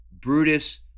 Brutus